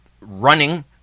running